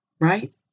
right